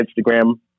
Instagram